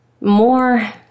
more